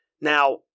Now